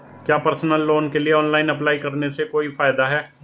क्या personal loan के लिए ऑनलाइन अप्लाई करने से कोई फायदा है?